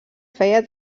feia